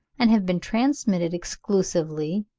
and have been transmitted exclusively,